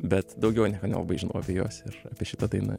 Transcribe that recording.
bet daugiau nieko nelabai žinau apie juos ir apie šitą dainą